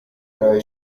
ارائه